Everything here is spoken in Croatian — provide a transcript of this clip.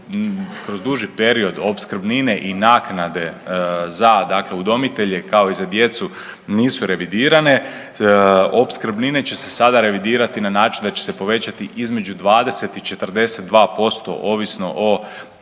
kroz duži period opskrbnine i naknade za, dakle udomitelje kao i za djecu nisu revidirane. Opskrbnine će se sada revidirati na način da će se povećati između 20 i 42% ovisno o